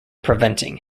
preventing